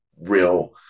real